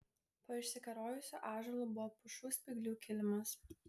po išsikerojusiu ąžuolu buvo pušų spyglių kilimas